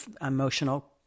emotional